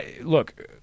Look